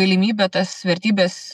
galimybę tas vertybes